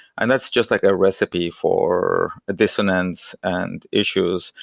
and that's just like a recipe for dissonance and issues.